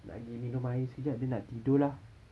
nak pergi minum air sekejap then nak tidur lah